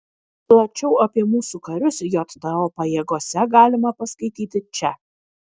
plačiau apie mūsų karius jto pajėgose galima paskaityti čia